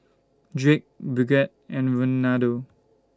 Drake Bridgett and Reinaldo